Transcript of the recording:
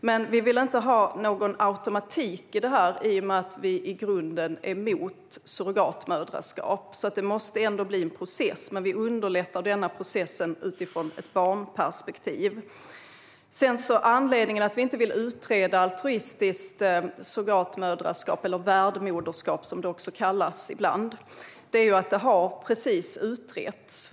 Vi vill dock inte ha någon automatik i detta i och med att vi i grunden är emot surrogatmoderskap, så det måste ändå bli en process. Men vi underlättar denna process utifrån ett barnperspektiv. Anledningen till att vi inte vill utreda altruistiskt surrogatmoderskap eller värdmoderskap, som det ibland kallas, är att det just har utretts.